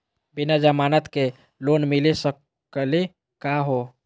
बिना जमानत के लोन मिली सकली का हो?